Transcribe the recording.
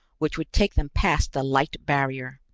which would take them past the light barrier.